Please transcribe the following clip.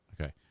Okay